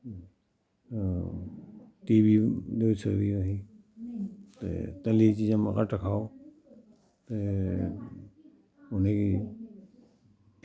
T B होई सकदी तुसें ते तली चीजां घट्ट खाओ ते उनेंगी